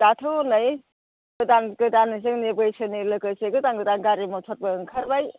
दाथ' हनै गोदान गोदान जोंनि बैसोनि लोगोसै गोदान गोदान गारि मटरबो ओंखारबाय